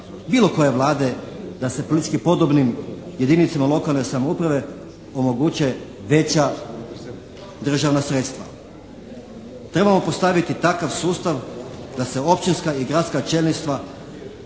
bilo koje Vlade. Da se politički podobnim jedinicama lokalne samouprave omoguće veća državna sredstva. Trebamo postaviti takav sustav da se općinska i gradska čelništva